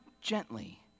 gently